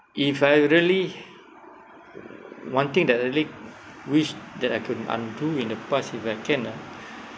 if I really one thing that really wish that I could undo in the past if I can ah